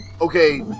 Okay